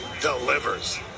delivers